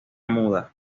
muda